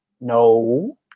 No